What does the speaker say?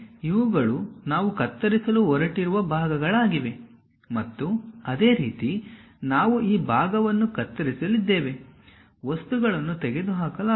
ಇವುಗಳು ನಾವು ಕತ್ತರಿಸಲು ಹೊರಟಿರುವ ಭಾಗಗಳಾಗಿವೆ ಮತ್ತು ಅದೇ ರೀತಿ ನಾವು ಈ ಭಾಗವನ್ನು ಕತ್ತರಿಸಲಿದ್ದೇವೆ ವಸ್ತುಗಳನ್ನು ತೆಗೆದುಹಾಕಲಾಗುವುದು